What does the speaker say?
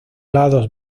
lados